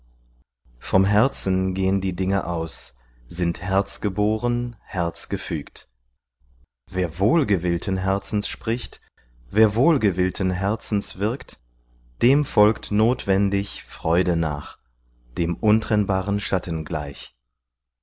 vom herzen gehn die dinge aus sind herzgeboren herzgefügt wer wohlgewillten herzens spricht wer wohlgewillten herzens wirkt dem folgt notwendig freude nach dem untrennbaren schatten gleich